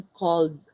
called